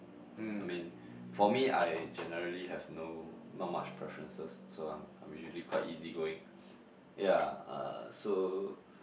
I mean for me I generally have no not much preferences so I'm I'm usually quite easygoing yeah uh so